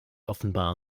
offenbar